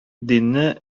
динне